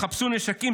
יחפשו נשקים,